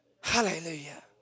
Hallelujah